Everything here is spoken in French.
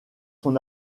son